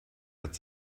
hat